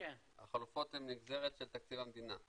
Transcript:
החלופות הן נגזרת של תקציב המדינה.